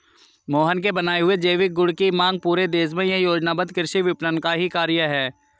मोहन के बनाए हुए जैविक गुड की मांग पूरे देश में यह योजनाबद्ध कृषि विपणन का ही कार्य है